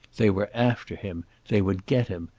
they were after him. they would get him.